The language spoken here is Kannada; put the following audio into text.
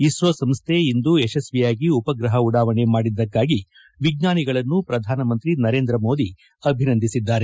ಇಸ್ತೋ ಸಂಸ್ಥೆ ಇಂದು ಯಶಸ್ವಿಯಾಗಿ ಉಪಗ್ರಪ ಉಡಾವಣೆ ಮಾಡಿದ್ದಕ್ಕಾಗಿ ವಿಜ್ಞಾನಿಗಳನ್ನು ಪ್ರಧಾನಮಂತ್ರಿ ನರೇಂದ್ರಮೋದಿ ಅಭಿನಂದಿಸಿದ್ದಾರೆ